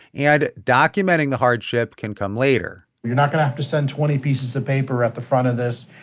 and documenting the hardship can come later you're not going to have to send twenty pieces of paper at the front of this.